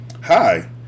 Hi